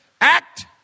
act